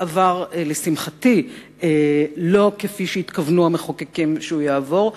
לשמחתי החוק עבר לא כפי שהתכוונו המחוקקים שהוא יעבור,